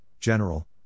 General